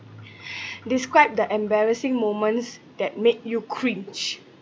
describe the embarrassing moments that make you cringe